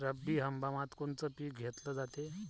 रब्बी हंगामात कोनचं पिक घेतलं जाते?